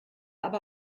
aber